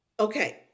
Okay